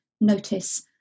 notice